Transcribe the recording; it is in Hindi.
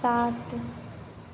सात